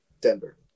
Denver